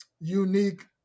unique